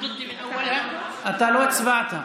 אתה לא הצבעת.